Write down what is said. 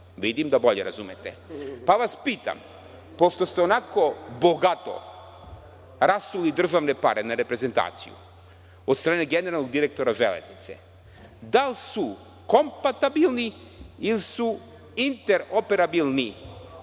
Vidim da bolje razumete, pa vas pitam, pošto ste onako bogato rasuli državne pare na reprezentaciju od strane generalnog direktora „Železnice“, da li su kompatibilni ili su interoperabilni